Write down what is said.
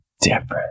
different